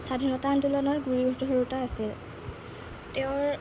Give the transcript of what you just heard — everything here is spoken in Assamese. স্বাধীনতা আন্দোলনৰ গুৰি ধৰোতা আছিল তেওঁৰ